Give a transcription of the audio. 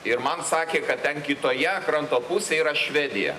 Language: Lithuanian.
ir man sakė kad ten kitoje kranto pusėj yra švedija